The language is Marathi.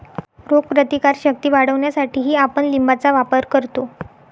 रोगप्रतिकारक शक्ती वाढवण्यासाठीही आपण लिंबाचा वापर करतो